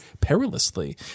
Perilously